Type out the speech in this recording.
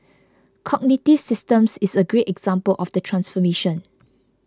Cognitive Systems is a great example of the transformation